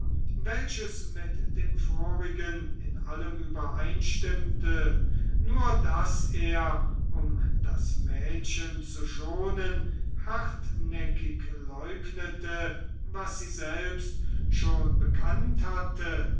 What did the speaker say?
welches mit dem vorigen in allem übereinstimmte nur daß er um das mädchen zu schonen hartnäckig leugnete was sie selbst schon bekannt hatte